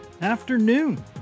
afternoon